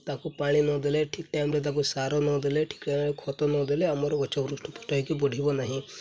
ତାକୁ ପାଣି ନଦେଲେ ଠିକ୍ ଟାଇମ୍ରେ ତାକୁ ସାର ନଦେଲେ ଠିକ୍ ଟାଇମ୍ରେ ଖତ ନଦେଲେ ଆମର ଗଛ ହୃଷ୍ଠପୃଷ୍ଟ ହେଇକି ବଢ଼ିବ ନାହିଁ